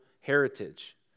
heritage